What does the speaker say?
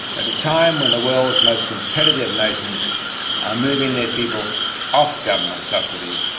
at a time when the world's most competitive nations are moving their people off government subsidy,